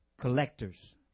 collectors